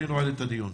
אני נועל את הדיון.